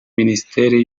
minisiteri